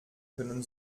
können